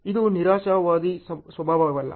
ಇದು ನಿರಾಶಾವಾದಿ ಸ್ವಭಾವವಲ್ಲ